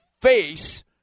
face